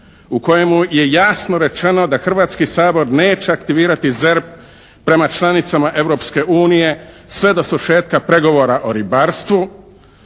u kojemu je jasno rečeno da Hrvatski sabor neće aktivirati ZERP prema članicama Europske unije sve do svršetka pregovora o ribarstvu